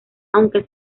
aunque